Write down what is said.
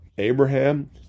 Abraham